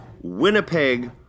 Winnipeg